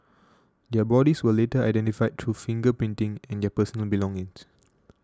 their bodies were later identified through finger printing and their personal belongings